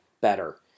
better